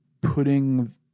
putting